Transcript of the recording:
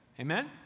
Amen